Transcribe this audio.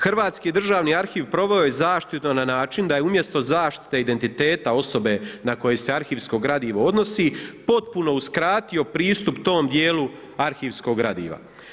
Hrvatski državni arhiv proveo je zaštitu na način da je umjesto zaštite identiteta osobe na koje se arhivsko gradivo odnosi potpuno uskratio pristup tom dijelu arhivskog gradiva.